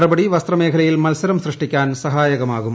നടപടി വസ്ത്രമേഖലയിൽ മത്സരം സൃഷ്ടിക്കാൻ സഹായകമാകും